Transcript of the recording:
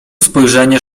spojrzenie